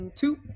two